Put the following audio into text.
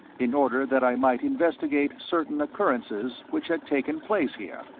in order that i might investigate certain occurrences which had taken place here.